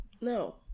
No